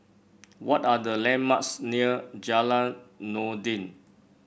what are the landmarks near Jalan Noordin